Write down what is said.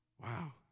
Wow